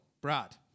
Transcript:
Brad